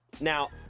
now